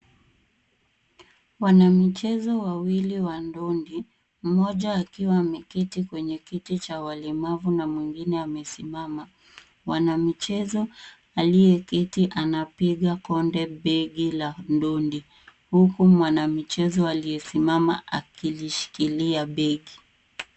Wanamichezo wawili wa ndondi, mmoja akiwa ameketi kwenye kiti cha walemavu na mwingine amesimama. Wanamichezo aliyeketi anapiga konde begi la ndondi. Huku mwanamchezo aliyesimama akilishikilia begi.